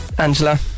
Angela